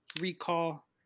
recall